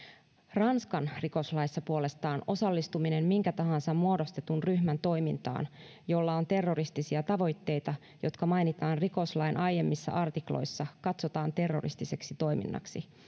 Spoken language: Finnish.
ranskan rikoslaissa puolestaan osallistuminen minkä tahansa muodostetun ryhmän toimintaan jolla on terroristisia tavoitteita jotka mainitaan rikoslain aiemmissa artikloissa katsotaan terroristiseksi toiminnaksi